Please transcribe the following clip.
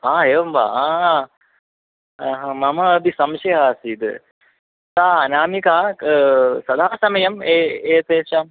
एवं वा मम अपि संशयः आसीत् सा अनामिका सदा समयं ए एतेषां